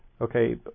okay